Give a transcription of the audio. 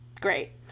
Great